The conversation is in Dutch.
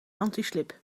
antislip